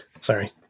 Sorry